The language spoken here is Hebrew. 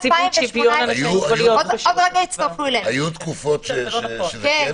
היו תקופות שכן